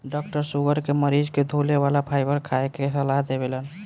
doctor sugar के मरीज के धुले वाला फाइबर खाए के सलाह देवेलन